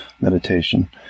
meditation